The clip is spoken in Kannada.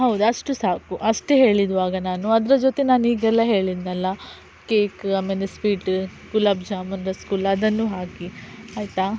ಹೌದು ಅಷ್ಟು ಸಾಕು ಅಷ್ಟೆ ಹೇಳಿದ್ದಾಗ ನಾನು ಅದರ ಜೊತೆ ನಾನು ಈಗೆಲ್ಲ ಹೇಳಿದ್ದೆನಲ್ಲ ಕೇಕ್ ಆಮೇಲೆ ಸ್ವೀಟ್ ಗುಲಾಬ್ ಜಾಮುನ್ ರಸಗುಲ್ಲ ಅದನ್ನು ಹಾಕಿ ಆಯಿತಾ